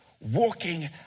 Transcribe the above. walking